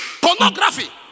Pornography